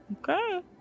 Okay